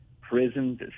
prisons